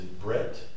Brett